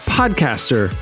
podcaster